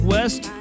West